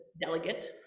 delegate